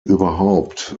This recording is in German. überhaupt